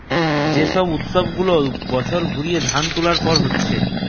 যে সব উৎসব গুলা বছর ঘুরিয়ে ধান তুলার পর হতিছে